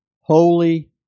Holy